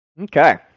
Okay